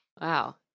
Wow